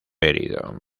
herido